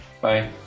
Bye